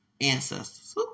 ancestors